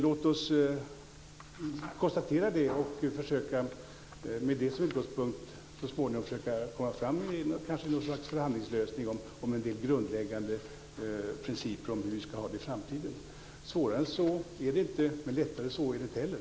Låt oss konstatera det och med detta som utgångspunkt försöka att så småningom komma fram till något slags förhandlingslösning om en del grundläggande principer för hur vi ska ha det i framtiden. Svårare än så är det inte, men lättare än så är det inte heller.